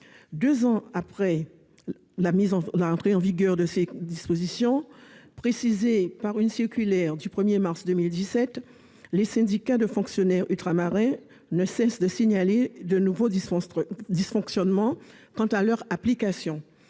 Deux ans après l'entrée en vigueur de ces dispositions, précisées par une circulaire du 1 mars 2017, les syndicats de fonctionnaires ultramarins ne cessent de signaler de nombreux dysfonctionnements quant à leur application.